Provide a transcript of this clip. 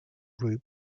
group